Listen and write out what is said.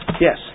Yes